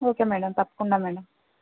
okay madam తప్పకుండా madam